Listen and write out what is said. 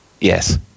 Yes